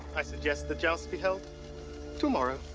i suggest the joust be held tomorrow.